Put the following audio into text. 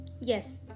Yes